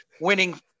winning